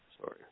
sorry